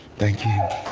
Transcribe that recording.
thank you.